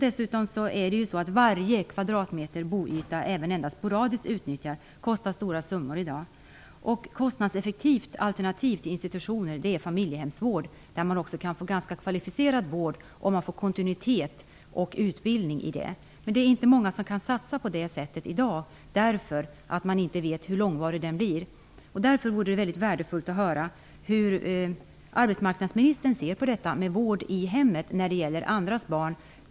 Dessutom kostar varje kvadratmeter boyta, även endast sporadiskt utnyttjad, stora summor i dag. Ett kostnadseffektivt alternativ till institutioner är familjehemsvård. Där ges också ganska kvalificerad vård, om man får kontinuitet och utbildning i det. Men det är inte många som kan satsa på det sättet i dag, därför att man inte vet hur långvarig placeringen blir. Därför vore det mycket värdefullt att höra hur arbetsmarknadsministern ser på vård i hemmet av andras barn.